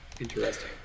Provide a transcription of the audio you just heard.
Interesting